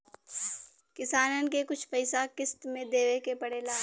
किसानन के कुछ पइसा किश्त मे देवे के पड़ेला